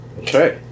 Okay